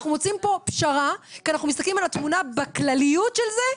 אנחנו מוצאים פה פשרה כי אנחנו מסתכלים על התמונה בכלליות של זה,